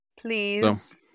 Please